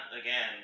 again